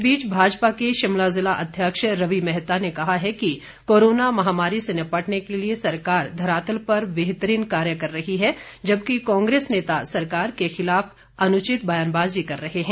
इस बीच भाजपा के शिमला ज़िला अध्यक्ष रवि मेहता ने कहा है कि कोरोना महामारी से निपटने के लिए सरकार धरातल पर बेहतरीन कार्य कर रही है जबकि कांग्रेस नेता सरकार के खिलाफ अनुचित बयानबाजी कर रहे हैं